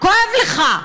כואב לך.